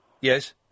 Yes